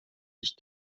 sich